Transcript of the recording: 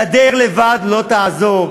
גדר לבד לא תעזור,